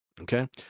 okay